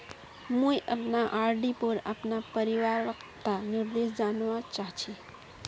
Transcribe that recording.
मुई अपना आर.डी पोर अपना परिपक्वता निर्देश जानवा चहची